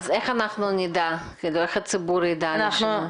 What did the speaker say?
איך הציבור יידע על השינוי?